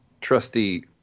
trusty